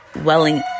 welling